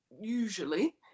usually